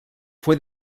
fue